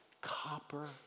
copper